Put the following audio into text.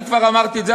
אני כבר אמרתי את זה,